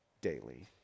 Daily